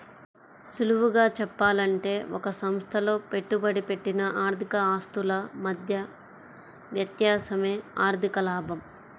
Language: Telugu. సులువుగా చెప్పాలంటే ఒక సంస్థలో పెట్టుబడి పెట్టిన ఆర్థిక ఆస్తుల మధ్య వ్యత్యాసమే ఆర్ధిక లాభం